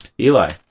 Eli